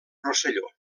rosselló